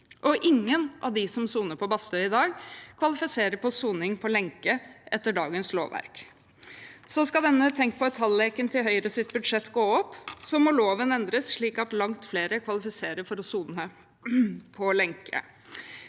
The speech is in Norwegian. ingen av dem som soner på Bastøy i dag, kvalifiserer for soning med lenke etter dagens lovverk. Så skal denne tenk-pået-tall-leken i Høyres budsjett gå opp, må loven endres slik at langt flere kvalifiserer for å sone med lenke,